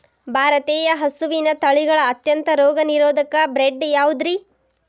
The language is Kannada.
ಭಾರತೇಯ ಹಸುವಿನ ತಳಿಗಳ ಅತ್ಯಂತ ರೋಗನಿರೋಧಕ ಬ್ರೇಡ್ ಯಾವುದ್ರಿ?